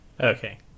Okay